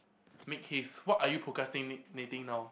make haste what are you procrastinating now